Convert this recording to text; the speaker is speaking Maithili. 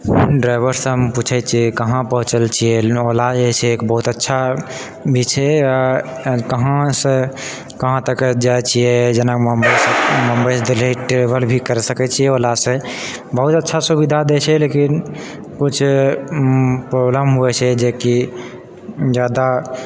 ड्राइवरसँ हम पुछै छियै कहाँ पहुँचल छियै ओला जे छै एक बहुत अच्छा भी छै आओर कहाँ सँ कहाँ तक जाइ छियै जेना मुम्बइ सँ देल्ही ट्रेवल भी कर सकै छियै ओलासँ बहुत अच्छा सुविधा दै छै लेकिन कुछ प्रॉब्लम हुवै छै जेकि जादा